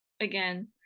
again